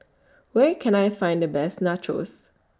Where Can I Find The Best Nachos